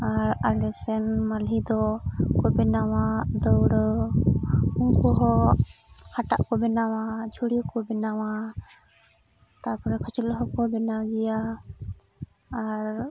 ᱟᱨ ᱟᱞᱮ ᱥᱮᱱ ᱢᱟᱹᱞᱦᱤ ᱫᱚ ᱠᱚ ᱵᱮᱱᱟᱣᱟ ᱫᱟᱹᱣᱲᱟᱹ ᱩᱱᱠᱩ ᱦᱚᱸ ᱦᱟᱴᱟᱜ ᱠᱚ ᱵᱮᱱᱟᱣᱟ ᱡᱷᱩᱲᱤ ᱦᱚᱸᱠᱚ ᱵᱮᱱᱟᱣᱟ ᱛᱟᱯᱚᱨᱮ ᱠᱷᱟᱹᱪᱞᱟᱹᱜ ᱦᱚᱸᱠᱚ ᱵᱮᱱᱟᱣ ᱜᱮᱭᱟ ᱟᱨ